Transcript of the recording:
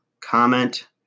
comment